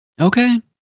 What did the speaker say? Okay